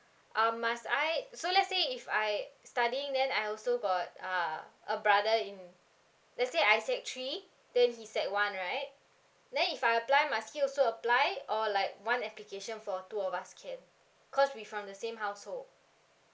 um must I so let's say if I studying then I also got uh a brother in let's say I set three then he set one right then if I apply must he also apply or like one application for two of us can cause we from the same household